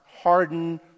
harden